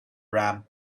ramp